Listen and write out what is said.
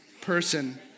person